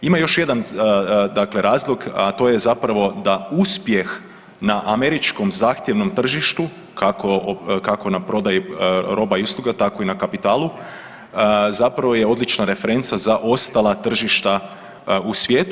Ima još jedan razlog, a to je zapravo da uspjeh na američkom zahtjevnom tržištu kako na prodaji roba i usluga tako i na kapitalu zapravo je odlična referenca za ostala tržišta u svijetu.